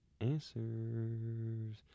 answers